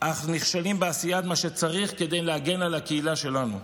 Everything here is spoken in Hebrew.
אך נכשלים בעשיית מה שצריך כדי להגן על הקהילה שלנו.